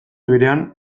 berean